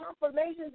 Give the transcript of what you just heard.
confirmations